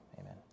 Amen